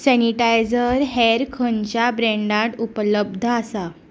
sanitiser हेर खंयच्या ब्रँडांत उपलब्ध आसा